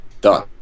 Done